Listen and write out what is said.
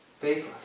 faithless